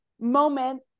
moment